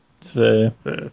today